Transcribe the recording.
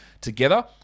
together